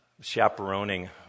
chaperoning